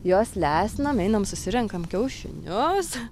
juos lesinam einam susirenkam kiaušinius